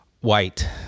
white